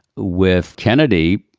with kennedy,